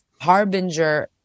Harbinger